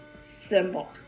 symbol